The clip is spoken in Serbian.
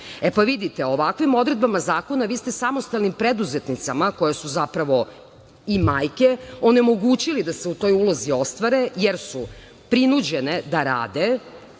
pa vidite, ovakvim odredbama zakona vi ste samostalnim preduzetnicama koje su zapravo i majke onemogućili da se u toj ulozi ostvare jer su prinuđene da rade.